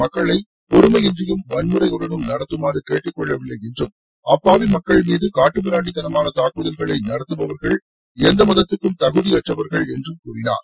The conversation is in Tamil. மக்களை பெறுமையின்றியும் வன்முறையுடனும் எந்த மதமும் நடத்துமாறு கேட்டுக்கொள்ளவில்லை என்றும் அப்பாவி மக்கள் மீது காட்டுமிராண்டித்தனமான தாக்குதல்களை நடத்துபவர்கள் எந்த மதத்துக்கும் தகுதியவற்றவர்கள் என்றும் கூறினார்